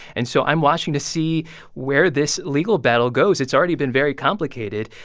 and so i'm watching to see where this legal battle goes. it's already been very complicated.